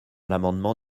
l’amendement